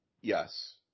Yes